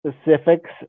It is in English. specifics